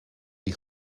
die